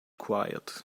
quiet